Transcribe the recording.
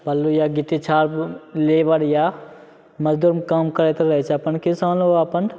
बालू या गिट्टी छाप लेबर या मजदूरमे काम करैत रहै छै अपन किसानो अपन